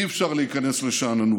אי-אפשר להיכנס לשאננות,